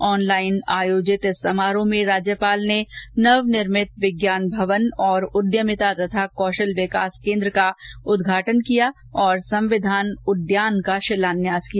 online आयोजित समारोह में राज्यपाल ने नवनिर्मित विज्ञान भवन और उद्यमिता तथा कौशल विकास केन्द्र का उद्घाटन किया और संविधान उद्यान का शिलान्यास किया